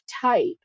type